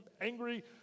angry